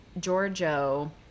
Giorgio